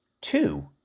two